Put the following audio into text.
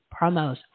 Promos